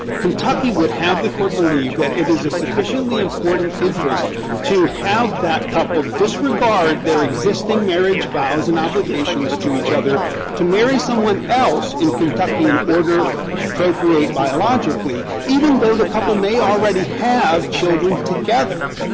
kentucky would have the court believe that it is a sufficiently important interest to have that couple disregard their existing marriage vows and obligations to each other to marry someone else in kentucky in order to procreate biologically even though the couple may already have children together.